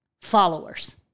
followers